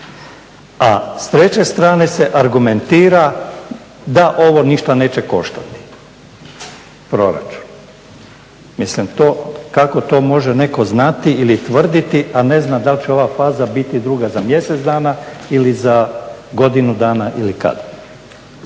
A s treće strane se argumentira da ovo ništa neće koštati u proračunu. Mislim to kako to može netko znati ili tvrditi, a ne zna da li će ova faza biti druga za mjesec dana ili za godinu dana ili kad?